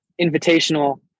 invitational